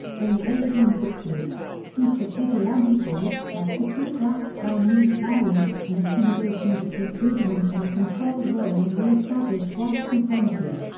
in the eighteen sixty s, secret vigilante groups like the ku klux klan used violence and intimidation to keep freedmen in a controlled role and reestablish white supremacy.